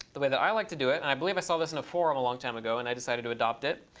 the way that i like to do it, and i believe i saw this in a forum a long time ago and i decided to adopt it,